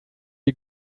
you